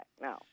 no